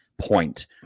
point